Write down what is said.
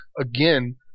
again